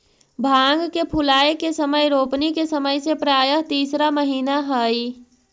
भांग के फूलाए के समय रोपनी के समय से प्रायः तीसरा महीना हई